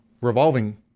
revolving